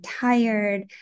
tired